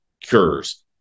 cures